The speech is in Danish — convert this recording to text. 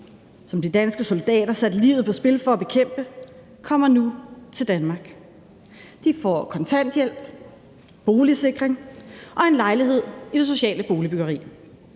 som de danske soldater satte livet på spil for at bekæmpe, kommer nu til Danmark. De får kontanthjælp, boligsikring og en lejlighed i det sociale boligbyggeri.